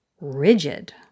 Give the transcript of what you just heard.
rigid